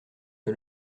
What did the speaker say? que